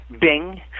Bing